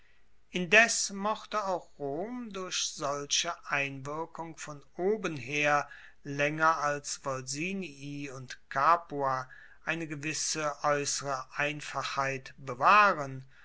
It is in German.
indes mochte auch rom durch solche einwirkung von oben her laenger als volsinii und capua eine gewisse aeussere einfachheit bewahren